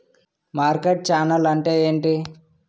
Market channel అంటే ఏంటి?